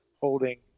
holding